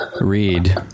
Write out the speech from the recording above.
read